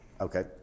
Okay